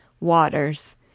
Waters